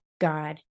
God